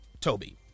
Toby